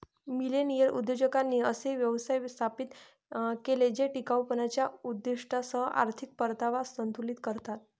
millennial उद्योजकांनी असे व्यवसाय स्थापित केले जे टिकाऊपणाच्या उद्दीष्टांसह आर्थिक परतावा संतुलित करतात